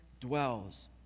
dwells